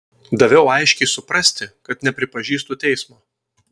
daviau aiškiai suprasti kad nepripažįstu teismo